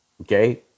Okay